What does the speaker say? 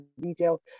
detail